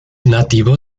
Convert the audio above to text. nativo